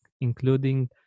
including